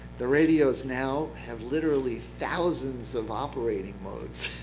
the radios now have literally thousands of operating modes.